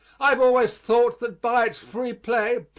i have always thought that by its free play,